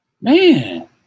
Man